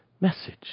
message